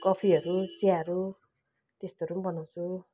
कफीहरू चियाहरू त्यस्तोहरू पनि बनाउँछु